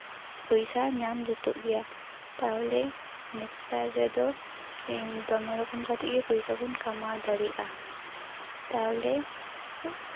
ᱯᱚᱭᱥᱟ ᱧᱟᱢ ᱡᱩᱛᱩᱜ ᱜᱮᱭᱟ ᱛᱟᱦᱚᱞᱮ ᱱᱮᱛᱟᱨ ᱨᱮᱫᱚ ᱫᱚᱢᱮ ᱨᱚᱠᱚᱢ ᱠᱟᱛᱮ ᱜᱮ ᱯᱚᱭᱥᱟ ᱵᱚᱱ ᱠᱟᱢᱟᱣ ᱫᱟᱲᱮᱭᱟᱜᱼᱟ ᱛᱟᱦᱚᱞᱮ